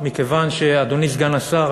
אדוני סגן השר,